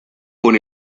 con